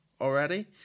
already